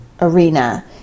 arena